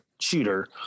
shooter